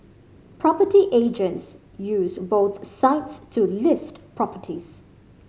property agents use both sites to list properties